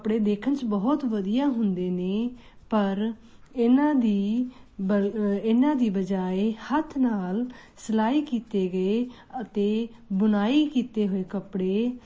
ਕੱਪੜੇ ਦੇਖਣ ਚ ਬਹੁਤ ਵਧੀਆ ਹੁੰਦੇ ਨੇ ਪਰ ਇਹਨਾਂ ਦੀ ਬਲ ਇਹਨਾਂ ਦੀ ਬਜਾਏ ਹੱਥ ਨਾਲ ਸਿਲਾਈ ਕੀਤੇ ਗਏ ਅਤੇ ਬੁਨਾਈ ਕੀਤੇ ਹੋਏ ਕੱਪੜੇ